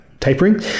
tapering